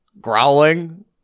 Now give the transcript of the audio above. growling